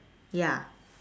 ya